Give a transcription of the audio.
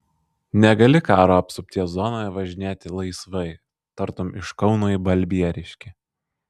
negali karo apsupties zonoje važinėti laisvai tartum iš kauno į balbieriškį